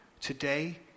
today